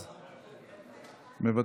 למה?